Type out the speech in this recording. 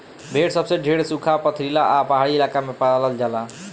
भेड़ सबसे ढेर सुखा, पथरीला आ पहाड़ी इलाका में पालल जाला